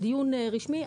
בדיון רשמי,